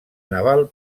naval